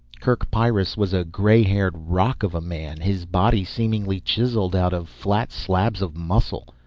kerk pyrrus was a gray-haired rock of a man. his body seemingly chiseled out of flat slabs of muscle.